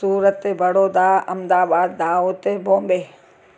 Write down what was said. Surat Vadodara Ahmedabad Dahod Mumbai